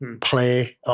play